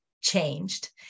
changed